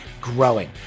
growing